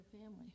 family